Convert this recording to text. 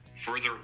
further